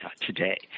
today